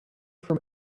from